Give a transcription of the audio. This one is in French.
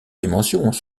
dimensions